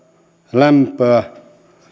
lämpöä